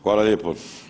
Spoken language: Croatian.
Hvala lijepo.